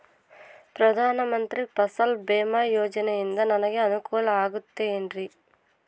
ಪ್ರಧಾನ ಮಂತ್ರಿ ಫಸಲ್ ಭೇಮಾ ಯೋಜನೆಯಿಂದ ನನಗೆ ಅನುಕೂಲ ಆಗುತ್ತದೆ ಎನ್ರಿ?